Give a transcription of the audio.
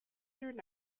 through